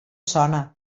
sona